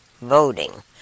voting